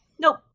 nope